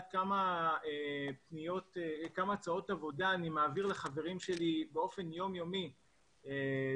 אני מעביר לחברים שלי יום-יום הרבה הצעות עבודה,